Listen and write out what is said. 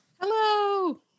Hello